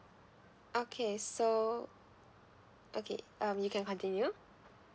okay so okay um you can continue